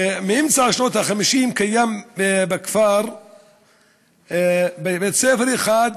מאמצע שנות ה-50 קיים בכפר בית-ספר אחד,